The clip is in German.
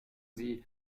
sie